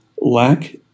lack